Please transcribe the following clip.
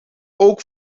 ook